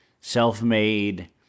self-made